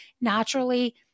naturally